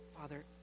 Father